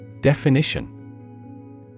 Definition